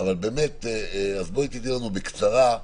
אבל באמת בואי תיתני לנו בקצרה.